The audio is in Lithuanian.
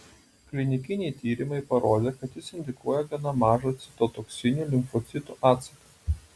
klinikiniai tyrimai parodė kad jis indukuoja gana mažą citotoksinių limfocitų atsaką